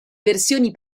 versioni